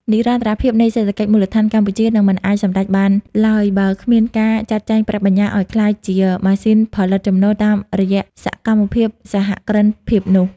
និរន្តរភាពនៃសេដ្ឋកិច្ចមូលដ្ឋានកម្ពុជានឹងមិនអាចសម្រេចបានឡើយ បើគ្មានការចាត់ចែងប្រាក់បញ្ញើឱ្យក្លាយជា "ម៉ាស៊ីនផលិតចំណូល" តាមរយៈសកម្មភាពសហគ្រិនភាពនោះ។